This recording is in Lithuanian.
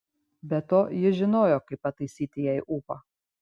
be to jis žinojo kaip pataisyti jai ūpą